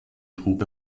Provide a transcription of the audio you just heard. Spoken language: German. trug